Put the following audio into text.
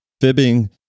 fibbing